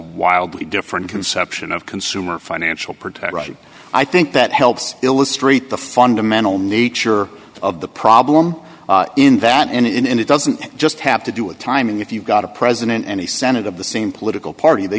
wildly different conception of consumer financial protection i think that helps illustrate the fundamental nature of the problem in that and it doesn't just have to do with timing if you've got a president and the senate of the same political party they